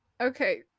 Okay